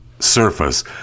surface